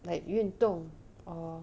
like 运动 or